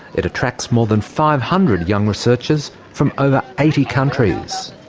it attracts more than five hundred young researchers from over eighty countries.